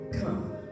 come